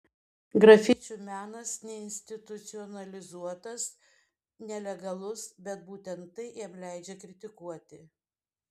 grafičių menas neinstitucionalizuotas nelegalus bet būtent tai jam leidžia kritikuoti